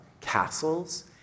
castles